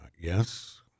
Yes